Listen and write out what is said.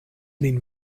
lin